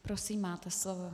Prosím, máte slovo.